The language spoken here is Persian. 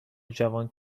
جوان